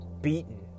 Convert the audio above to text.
beaten